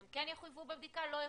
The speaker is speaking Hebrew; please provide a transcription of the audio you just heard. הם כן יחויבו בבדיקה או לא?